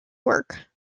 work